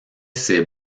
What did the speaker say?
ces